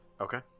Okay